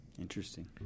Interesting